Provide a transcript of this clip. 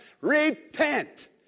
Repent